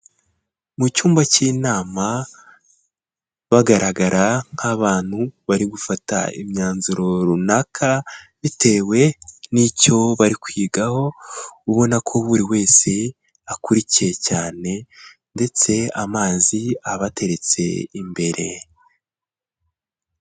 Mu cyumba cy'inama, bagaragara nk'abantu bari gufata imyanzuro runaka, bitewe n'icyo bari kwigaho, ubona ko buri wese akurikiye cyane, ndetse amazi abateretse imbere.